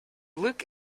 look